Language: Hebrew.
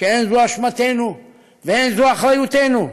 שאין זו אשמתנו ואין זו אחריותנו,